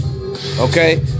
Okay